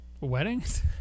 weddings